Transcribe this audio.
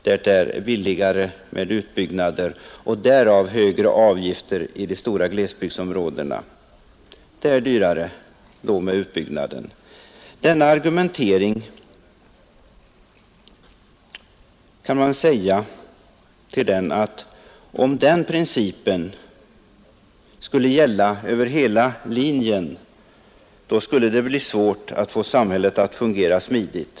Där är det nämligen billigare att göra utbyggnaden. Och i de stora glesbygdsområdena, där utbyggnaden är dyrare, skulle avgifterna då bli högre. Till det argumentet vill jag säga, att om den principen skulle gälla över hela linjen, så bleve det svårt att få samhället att fungera smidigt.